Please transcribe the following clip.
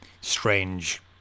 strange